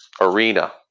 arena